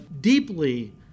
deeply